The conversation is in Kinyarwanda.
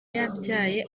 yabyaye